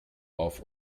auf